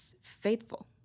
faithful